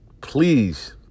please